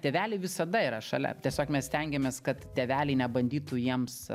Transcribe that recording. tėveliai visada yra šalia tiesiog mes stengiamės kad tėveliai nebandytų jiems